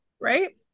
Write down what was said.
Right